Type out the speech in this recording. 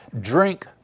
drink